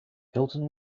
hilton